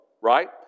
right